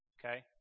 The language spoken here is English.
okay